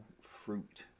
fruit